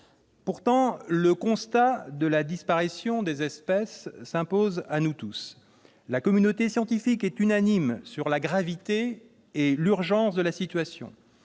Pourtant, le constat de la disparition des espèces s'impose à tous. La communauté scientifique est unanime sur la gravité et l'urgence de la situation.